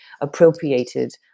appropriated